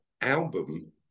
album